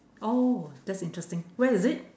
oh that's interesting where is it